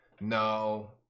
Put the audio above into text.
No